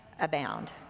abound